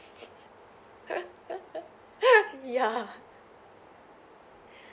ya